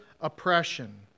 oppression